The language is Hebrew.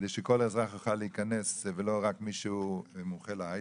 כדי שכל אזרח יוכל להיכנס ולא רק מי שהוא מומחה להיי-טק,